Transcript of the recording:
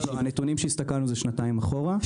הנתונים שהסתכלנו זה שנתיים אחורה,